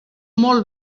molt